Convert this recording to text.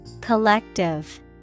Collective